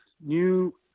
new